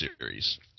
series